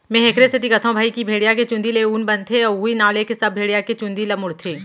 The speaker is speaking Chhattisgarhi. मेंहा एखरे सेती कथौं भई की भेड़िया के चुंदी ले ऊन बनथे उहीं नांव लेके सब भेड़िया के चुंदी ल मुड़थे